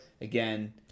Again